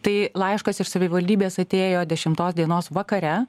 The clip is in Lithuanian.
tai laiškas iš savivaldybės atėjo dešimtos dienos vakare